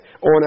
on